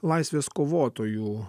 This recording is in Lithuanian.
laisvės kovotojų